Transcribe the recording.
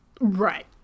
Right